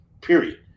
period